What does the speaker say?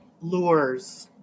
lures